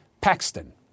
Paxton